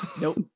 Nope